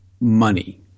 money